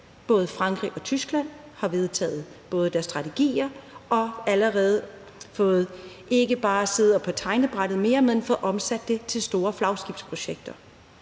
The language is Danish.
Både Frankrig og Tyskland har vedtaget deres strategier, og de sidder ikke bare ved tegnebrættet, men har fået dem omsat til store flagskibsprojekter.